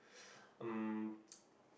um